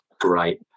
great